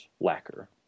lacquer